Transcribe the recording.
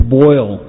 boil